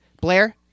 Blair